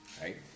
right